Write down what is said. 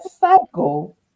cycle